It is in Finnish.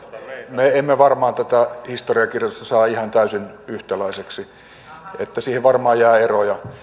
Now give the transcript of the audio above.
me emme varmaan tätä historiankirjoitusta saa ihan täysin yhtäläiseksi niin että siihen varmaan jää eroja